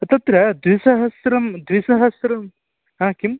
तत्र द्विसहस्रं द्विसहस्रं किं